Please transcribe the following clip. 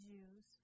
Jews